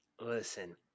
listen